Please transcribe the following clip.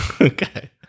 Okay